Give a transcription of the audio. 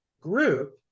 group